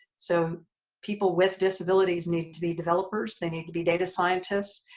so people with disabilities need to be developers they need to be data scientists,